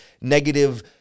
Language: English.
negative